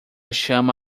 chama